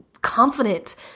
confident